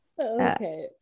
Okay